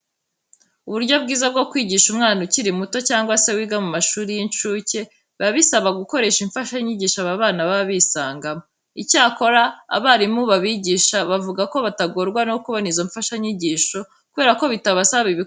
Uburyo bwiza bwo kwigisha umwana ukiri muto cyangwa se wiga mu mashuri y'incuke, biba bisaba gukoresha imfashanyigisho aba bana baba bisangamo. Icyakora abarimu babigisha bavuga ko batagorwa no kubona izo mfashanyigisho kubera ko bitabasaba ibikoresho bihambaye.